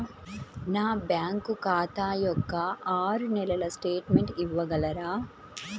నా బ్యాంకు ఖాతా యొక్క ఆరు నెలల స్టేట్మెంట్ ఇవ్వగలరా?